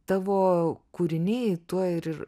tavo kūriniai tuo ir